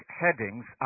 headings